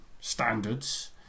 standards